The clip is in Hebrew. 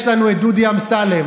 יש לנו את דודי אמסלם,